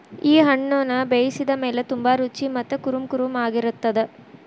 ಈ ಹಣ್ಣುನ ಬೇಯಿಸಿದ ಮೇಲ ತುಂಬಾ ರುಚಿ ಮತ್ತ ಕುರುಂಕುರುಂ ಆಗಿರತ್ತದ